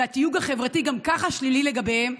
התיוג החברתי גם ככה שלילי לגביהם,